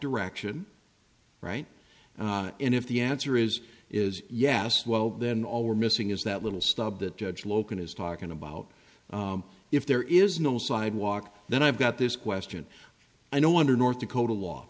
direction right and if the answer is is yes well then all we're missing is that little stub that judge logan is talking about if there is no sidewalk then i've got this question i know under north dakota law